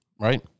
Right